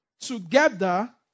together